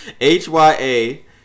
H-Y-A